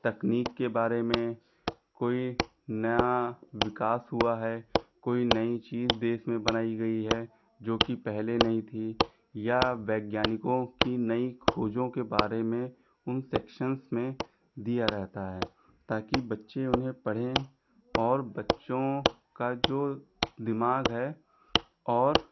तकनीक के बारे में कोई नया विकास हुआ है कोई नई चीज़ देश में बनाई गई है जोकि पहले नहीं थी या वैज्ञानिकों की नई खोजों के बारे में उन सेक्शंस में दिया रहता है ताकि बच्चे उन्हें पढ़ें और बच्चों का जो दिमाग है और